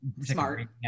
smart